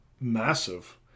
massive